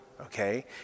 okay